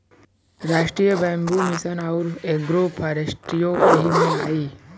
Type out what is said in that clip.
राष्ट्रीय bamboo mission आउर agro फ़ोरेस्ट्रीओ यही में आई